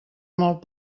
molt